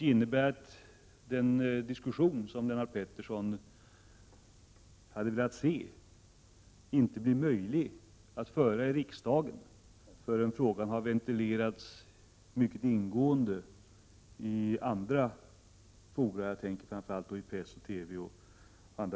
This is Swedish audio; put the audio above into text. Det innebär att den diskussion som Lennart Pettersson hade velat ha inte blir möjlig att föra i riksdagen förrän frågan har ventilerats mycket ingående i andra fora. Jag tänker då framför allt på t.ex. press och TV.